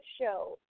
show